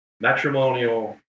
Matrimonial